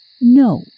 No